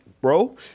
Bro